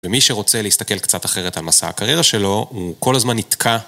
ומי שרוצה להסתכל קצת אחרת על מסע הקריירה שלו, הוא כל הזמן נתקע.